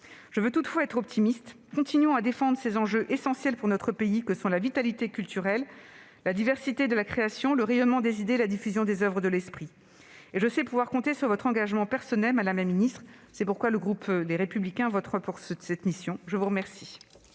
Je veux toutefois être optimiste : continuons à défendre ces enjeux essentiels pour notre pays que sont la vitalité culturelle, la diversité de la création, le rayonnement des idées et la diffusion des oeuvres de l'esprit. Je sais pouvoir compter sur votre engagement personnel, madame la ministre. C'est pourquoi le groupe Les Républicains votera les crédits de cette mission. La parole